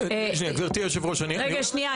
רגע, שנייה.